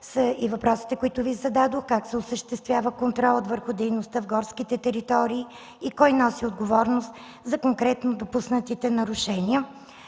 са въпросите, които Ви зададох: Как се осъществява контролът върху дейността в горските територии и кой носи отговорност за конкретните допуснати нарушения?